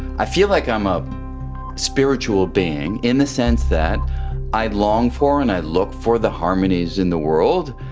i feel like i am a spiritual being in the sense that i long for and i look for the harmonies in the world.